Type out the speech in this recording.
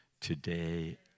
today